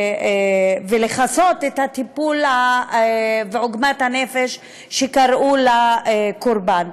ולכסות את הטיפול ואת עוגמת הנפש שנגרמו לקורבן.